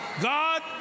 God